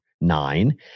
nine